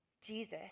Jesus